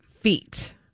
feet